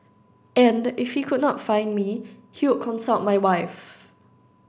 and if he could not find me he would consult my wife